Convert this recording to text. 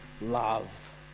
love